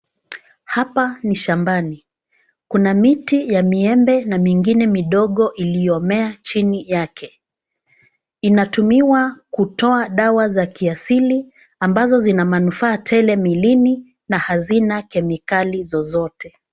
Hapa ni shambani. Kuna miti ya miembe na mingine midogo iliyomea chini yake. Inatumiwa kutoa dawa za kiasili ambazo zina manufaa tele miilini na hazina kemikali zozote.